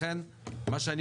לכן מה שאני